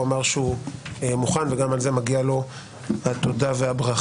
הוא אמר שהוא מוכן וגם על זה מגיעה לו התודה והברכה.